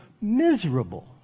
miserable